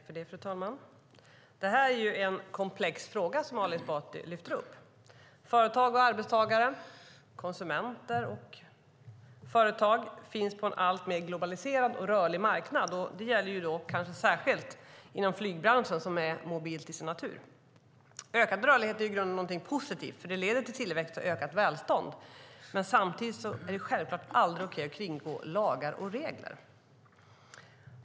Fru talman! Ali Esbati lyfter upp en komplex fråga. Företag, arbetstagare, konsumenter och företag finns på en alltmer globaliserad och rörlig marknad. Det gäller särskilt inom flygbranschen, som är mobil till sin natur. Ökad rörlighet är i grunden något positivt eftersom den leder till tillväxt och ökat välstånd. Samtidigt är det självklart aldrig okej att kringgå lagar och regler.